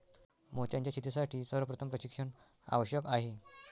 मोत्यांच्या शेतीसाठी सर्वप्रथम प्रशिक्षण आवश्यक आहे